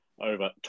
over